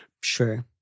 Sure